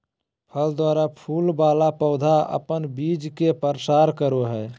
फल द्वारा फूल वाला पौधा अपन बीज के प्रसार करो हय